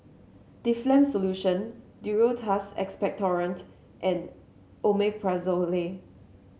Difflam Solution Duro Tuss Expectorant and Omeprazole